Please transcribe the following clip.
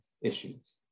issues